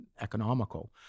economical